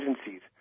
agencies